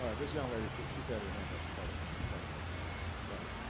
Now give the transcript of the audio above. ah this young lady. she's had her hand up quite ah quite a bit. go ahead.